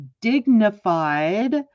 dignified